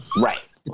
Right